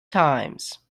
times